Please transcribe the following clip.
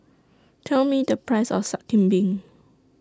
Tell Me The Price of Sup Kambing